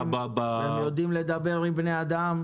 אינטליגנטים והם יודעים לדבר עם בני אדם.